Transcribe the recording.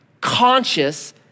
conscious